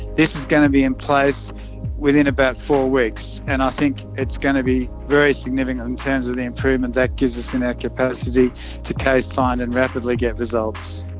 this is going to be in place within about four weeks. and i think it's going to be very significant in terms of the improvement that gives us in our capacity to case find and rapidly get results.